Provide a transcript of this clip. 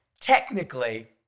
technically